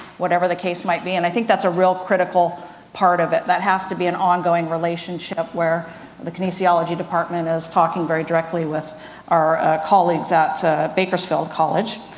whatever the case might be, and i think that's a real critical part of it that has to be an ongoing relationship where the kinesiology department is talking very directly with our colleagues at bakersfield college.